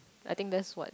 I think that's what